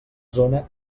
zona